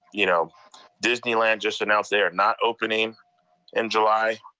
you know disneyland just announced they are not opening in july.